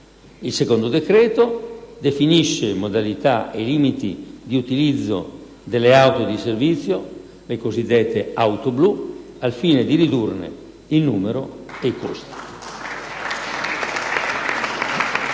Il secondo decreto definisce invece modalità e limiti di utilizzo delle auto di servizio - le cosiddette auto blu - al fine di ridurne il numero e i costi.